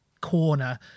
corner